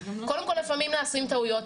קודם כל לפעמים נעשים טעויות.